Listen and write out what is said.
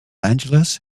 angeles